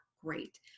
great